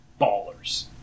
ballers